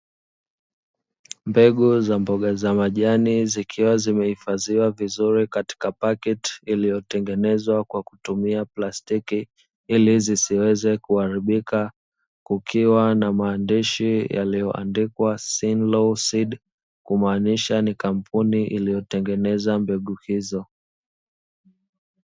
Mbegu za mboga za majani zikiwa zumehifadhiwa vizuri katika pakiti iliyotengenezwa kwa kutumia plastiki ili zisiweze kuharibika, kukiwa na maandishi yaliyoandikwa "Simlaw Seeds" kumaanisha ni kampuni iliyotengeneza mbegu hizo.